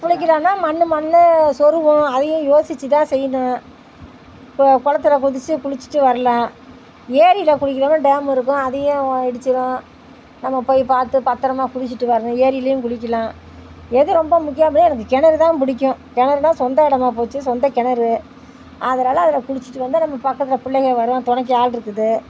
குளிக்கலாம்ன்னா மண் மண் சொருகும் அதையும் யோசித்து தான் செய்யணும் கொ குளத்துல குதித்து குளிச்சுட்டு வரலாம் ஏரியில் குளிக்கலாம்ன்னா டேம் இருக்கும் அதையும் இடிச்சிடும் நம்ம போய் பார்த்து பத்திரமா குளிச்சுட்டு வரணும் ஏரியிலேயும் குளிக்கலாம் எது ரொம்ப முக்கியம் அப்படின்னா எனக்கு கிணறு தான் பிடிக்கும் கிணறு தான் சொந்த இடமா போச்சு சொந்த கிணறு அதனால அதில் குளிச்சுட்டு வந்து நம்ம பக்கத்தில் பிள்ளைங்க வரும் துணைக்கு ஆளிருக்குது